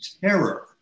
terror